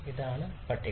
ഇതാണ് പട്ടിക